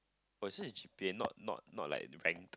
oh this one is G_P_A not not like rank